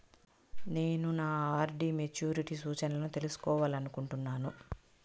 నేను నా RD maturity సూచనలను తెలుసుకోవాలనుకుంటున్నాను